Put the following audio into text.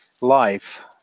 life